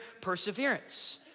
perseverance